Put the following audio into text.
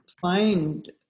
find